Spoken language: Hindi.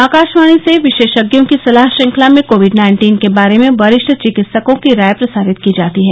आकाशवाणी से विशेषज्ञों की सलाह श्रंखला में कोविड नाइन्टीन के बारे में वरिष्ठ चिकित्सकों की राय प्रसारित की जाती है